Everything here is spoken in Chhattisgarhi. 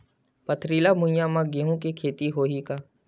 पथरिला भुइयां म गेहूं के खेती होही का?